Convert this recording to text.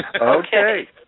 Okay